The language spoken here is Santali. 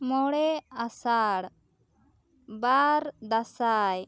ᱢᱚᱬᱮ ᱟᱥᱟᱲ ᱵᱟᱨ ᱫᱟᱸᱥᱟᱭ